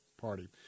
party